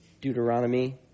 Deuteronomy